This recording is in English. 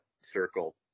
circle